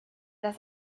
das